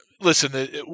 listen